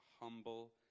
humble